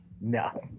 No